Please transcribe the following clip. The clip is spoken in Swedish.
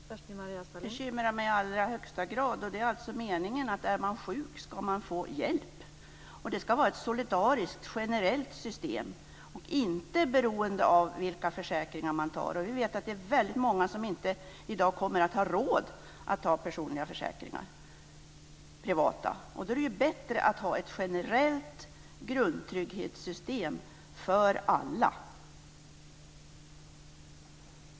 Fru talman! Det bekymrar mig i allra högsta grad. Det är meningen att man ska få hjälp om man är sjuk. Det ska vara ett solidariskt generellt system, som inte ska vara beroende av vilka försäkringar som man tar. Vi vet att väldigt många inte kommer att ha råd att teckna privata försäkringar, och då är det bättre att ha ett generellt grundtrygghetssystem för alla.